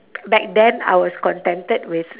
back then I was contented with